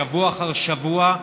שבוע אחר שבוע,